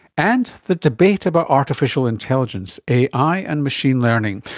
and, the debate about artificial intelligence, ai and machine learning,